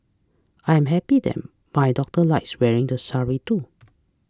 I am happy that my daughter likes wearing the sari too